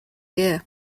year